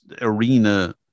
arena